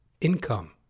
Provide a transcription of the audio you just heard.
Income